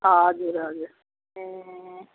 हजुर हजुर ए